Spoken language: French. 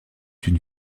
une